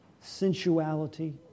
sensuality